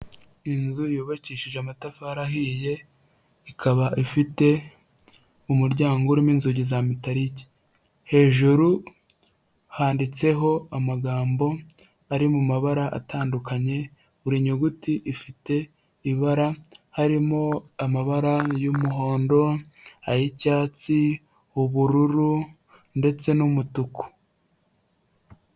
Inzu yubakishije amatafari ahiye, ikaba ifite umuryango urimo inzugi za metarike, hejuru handitseho amagambo ari mu mabara atandukanye, buri nyuguti ifite ibara, harimo amabara y'umuhondo, ay'icyatsi, ubururu ndetse n'umutuku.